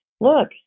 look